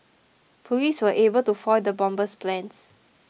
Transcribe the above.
police were able to foil the bomber's plans